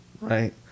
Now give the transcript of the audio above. right